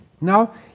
now